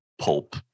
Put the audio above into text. pulp